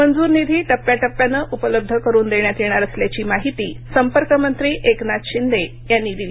मंजूर निधी टप्याटप्याने उपलब्ध करुन देण्यात येणार असल्याची माहिती संपर्क मंत्री एकनाथ शिंदे यांनी दिली